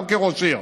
לא כראש עיר,